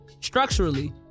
Structurally